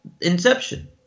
inception